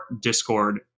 Discord